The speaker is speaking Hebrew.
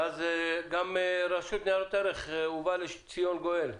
ואז גם הרשות לניירות ערך, ובא לציון גואל.